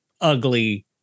ugly